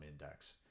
index